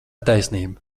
taisnība